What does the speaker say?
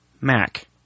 Mac